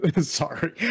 sorry